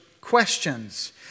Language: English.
questions